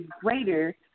greater